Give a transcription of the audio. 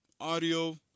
audio